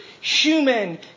human